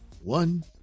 one